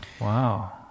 Wow